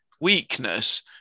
weakness